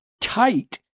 tight